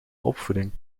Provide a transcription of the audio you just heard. opvoeding